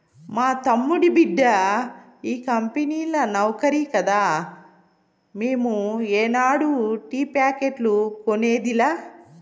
మా తమ్ముడి బిడ్డ ఈ కంపెనీల నౌకరి కదా మేము ఏనాడు టీ ప్యాకెట్లు కొనేదిలా